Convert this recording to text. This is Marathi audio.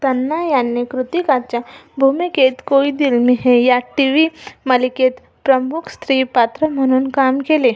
तन्ना यांनी कृतिकाच्या भूमिकेत कोई दिल में है या टी वी मालिकेत प्रमुख स्त्री पात्र म्हणून काम केले